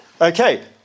Okay